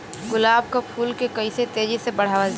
गुलाब क फूल के कइसे तेजी से बढ़ावल जा?